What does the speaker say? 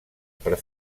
per